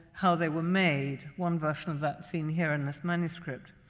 how they were made one version of that seen here in this manuscript.